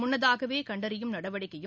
முன்னதாகவே கண்டறியும் நடவடிக்கையும்